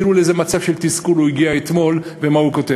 ותראו לאיזה מצב של תסכול הוא הגיע אתמול ומה הוא כותב.